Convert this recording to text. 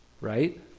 right